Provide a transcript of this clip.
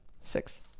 Six